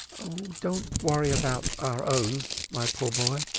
don't worry about our own, my poor boy,